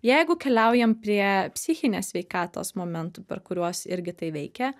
jeigu keliaujam prie psichinės sveikatos momentų per kuriuos irgi tai veikia